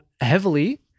heavily